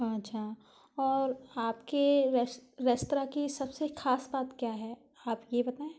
हाँ अच्छा और आपके रेस्तरां की सबसे खास बात क्या है आप ये बताएँ